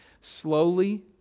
Slowly